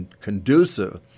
conducive